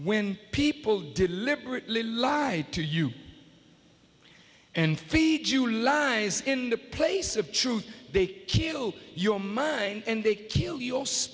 when people deliberately lie to you and feed you lines in the place of truth they kill your money and they kill your